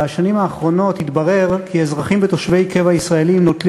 בשנים האחרונות התברר כי אזרחים ותושבי קבע ישראלים נוטלים